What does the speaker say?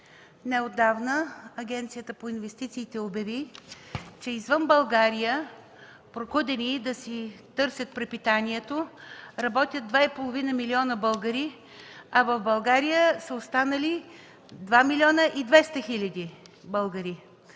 Неотдавна Агенцията по инвестициите обяви, че извън България прокудени да си търсят препитанието работят 2,5 милиона българи, а в България са останали 2 млн. и 200 хил. българи.